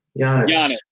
Giannis